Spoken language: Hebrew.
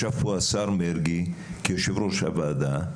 מהם ישב פה השר מרגי כיושב-ראש הוועדה.